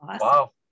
Wow